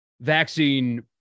vaccine